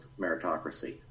meritocracy